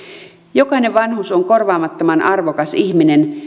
jokainen vanhus on korvaamattoman arvokas ihminen